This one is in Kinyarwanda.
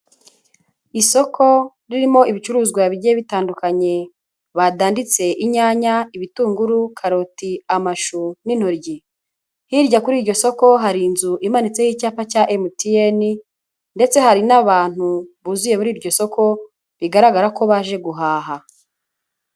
Isoko ririmo ibicuruzwa bigiye bitandukanye, badanditse inyanya, ibitunguru, karoti, amashu n'intoryi, hirya kuri iryo soko hari inzu imanitseho icyapa cya MTN ndetse hari n'abantu buzuye muri iryo soko, bigaragara ko baje guhaha.